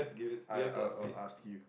I I'll ask you